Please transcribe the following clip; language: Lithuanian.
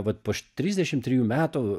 vat po ši trisdešim trijų metų